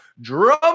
drum